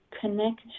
connect